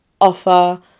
offer